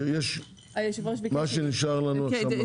מה שנשאר לנו עכשיו מה?